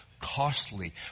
costly